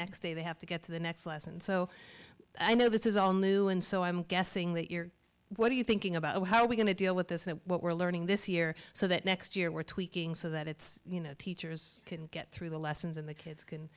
next day they have to get to the next lesson so i know this is all new and so i'm guessing that your what are you thinking about how are we going to deal with this and what we're learning this year so that next year we're tweaking so that it's you know teachers can get through the lessons and the kids can